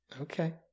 Okay